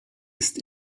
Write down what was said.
ist